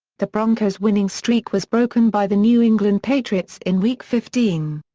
the broncos' winning streak was broken by the new england patriots in week fifteen.